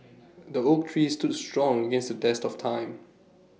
the oak tree stood strong against test of time